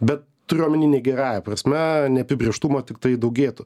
bet turiu omeny ne gerąja prasme neapibrėžtumo tiktai daugėtų